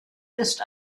ist